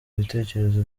ibitekerezo